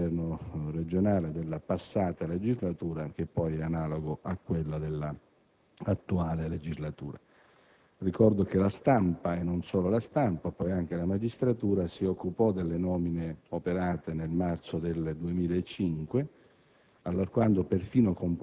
tra le forze politiche del Governo regionale della passata legislatura, che poi è analogo a quello dell'attuale legislatura. Ricordo che la stampa e poi anche la magistratura si occuparono delle nomine operate nel marzo del 2005